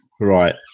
Right